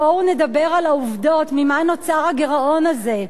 בואו נדבר על העובדות, ממה נוצר הגירעון הזה,